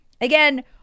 Again